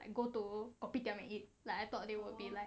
like go to kopitiam and eat like I thought they would be like